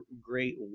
great